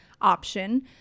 option